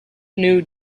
new